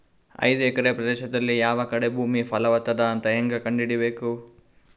ಐದು ಎಕರೆ ಪ್ರದೇಶದಲ್ಲಿ ಯಾವ ಕಡೆ ಭೂಮಿ ಫಲವತ ಅದ ಅಂತ ಹೇಂಗ ಕಂಡ ಹಿಡಿಯಬೇಕು?